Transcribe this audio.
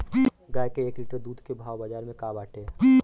गाय के एक लीटर दूध के भाव बाजार में का बाटे?